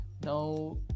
now